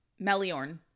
Meliorn